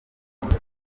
kubaho